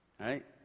Right